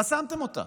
חסמתם אותה.